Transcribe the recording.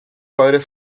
padres